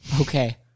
Okay